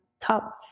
top